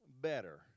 better